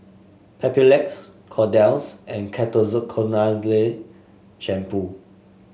Papulex Kordel's and Ketoconazole Shampoo